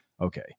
okay